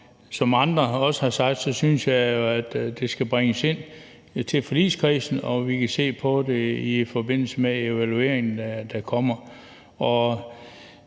Som andre synes jeg jo også, at det skal bringes ind i forligskredsen, så vi kan se på det i forbindelse med den evaluering, der kommer.